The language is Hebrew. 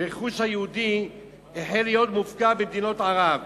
והרכוש היהודי החל להיות מופקע במדינות ערב.